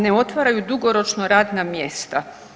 Ne otvaraju dugoročno radna mjesta.